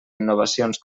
innovacions